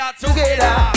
together